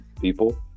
people